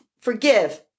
Forgive